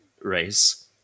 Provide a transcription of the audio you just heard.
race